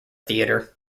theatre